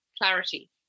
clarity